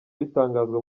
bitangazwa